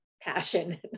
passion